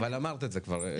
כבר אמרת את זה.